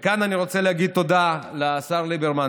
וכאן אני רוצה להגיד תודה לשר ליברמן,